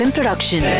Production